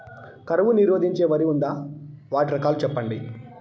కరువు నిరోధించే వరి ఉందా? వాటి రకాలు చెప్పండి?